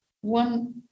One